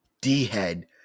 D-head